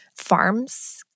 farms